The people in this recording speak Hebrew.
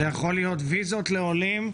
זה יכול להיות ויזות לעולים,